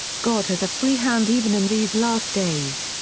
god has a free hand even in these last days.